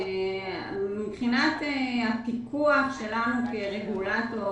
מבחינת הפיקוח שלנו כרגולטור